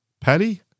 patty